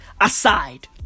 aside